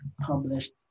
published